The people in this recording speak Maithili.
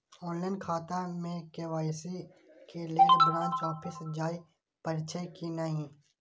ऑनलाईन खाता में के.वाई.सी के लेल ब्रांच ऑफिस जाय परेछै कि नहिं?